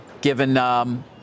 given